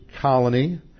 colony